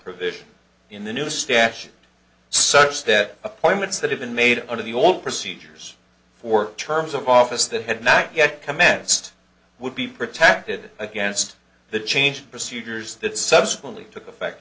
provision in the new statute such that appointments that have been made under the old procedures for terms of office that had not yet commenced would be protected against the change procedures that subsequently took effect